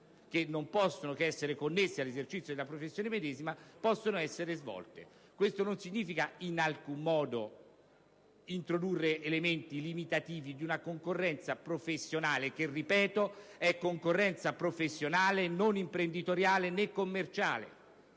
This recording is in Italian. che non possono che essere connessi all'esercizio della professione medesima. Questo non significa in alcun modo introdurre elementi limitativi di una concorrenza professionale che, ripeto, è concorrenza professionale e non imprenditoriale, né commerciale.